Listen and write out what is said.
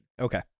Okay